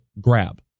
grab